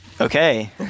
Okay